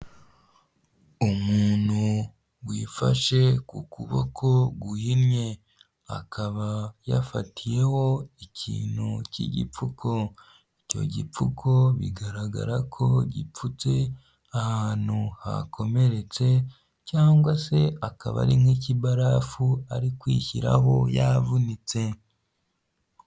Umuntu wifashe ku kuboko guhinnye. Akaba yafatiyeho ikintu cy'igipfuko. Icyo gipfuko bigaragara ko gipfutse ahantu hakomeretse cyangwa se akaba ari nk'ikibarafu ari kwishyiraho yavunitse.